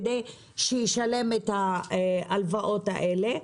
כדי שיוכל לשלם את ההלוואות האלה,